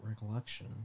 recollection